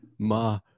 ma